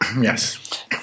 Yes